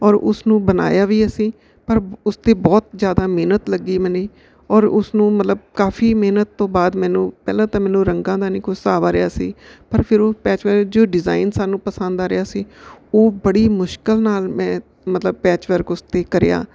ਔਰ ਉਸਨੂੰ ਬਣਾਇਆ ਵੀ ਅਸੀਂ ਪਰ ਉਸ 'ਤੇ ਬਹੁਤ ਜ਼ਿਆਦਾ ਮਿਹਨਤ ਲੱਗੀ ਮੇਰੀ ਔਰ ਉਸਨੂੰ ਮਤਲਬ ਕਾਫੀ ਮਿਹਨਤ ਤੋਂ ਬਾਅਦ ਮੈਨੂੰ ਪਹਿਲਾਂ ਤਾਂ ਮੈਨੂੰ ਰੰਗਾਂ ਦਾ ਨਹੀਂ ਕੋਈ ਹਿਸਾਬ ਆ ਰਿਹਾ ਸੀ ਪਰ ਫਿਰ ਉਹ ਪੈਚ ਵਰਕ ਜੋ ਡਿਜ਼ਾਇਨ ਸਾਨੂੰ ਪਸੰਦ ਆ ਰਿਹਾ ਸੀ ਉਹ ਬੜੀ ਮੁਸ਼ਕਿਲ ਨਾਲ ਮੈਂ ਮਤਲਬ ਪੈਚ ਵਰਕ ਉਸ 'ਤੇ ਕਰਿਆ